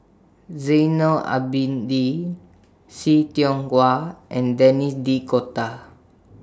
Zainal Abidin See Tiong Wah and Denis D Cotta